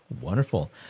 Wonderful